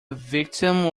victim